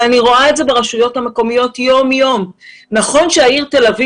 אני רואה את זה ברשויות המקומיות יום יום נכון שהעיר תל אביב